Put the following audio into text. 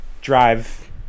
drive